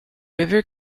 river